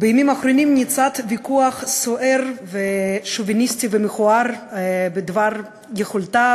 בימים האחרונים ניצת ויכוח סוער ושוביניסטי ומכוער בדבר יכולתה